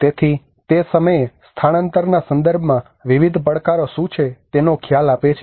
તેથી તે તમને સ્થાનાંતરણના સંદર્ભમાં વિવિધ પડકારો શું છે તેનો ખ્યાલ આપે છે